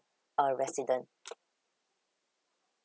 uh resident